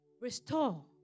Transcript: Restore